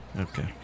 Okay